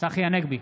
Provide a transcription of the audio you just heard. צחי הנגבי,